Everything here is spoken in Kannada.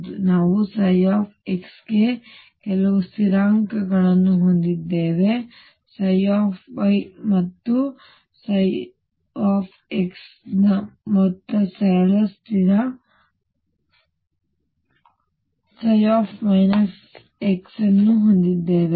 ಆದ್ದರಿಂದ ನಾವು x ಗೆ ಕೆಲವು ಸ್ಥಿರಾಂಕಗಳನ್ನು ಹೊಂದಿದ್ದೇವೆ y ಅಥವಾ ನಾವುx ಸಮ ಮೊತ್ತ ಸ್ಥಿರ x ಅನ್ನು ಹೊಂದಿದ್ದೇವೆ